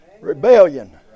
Rebellion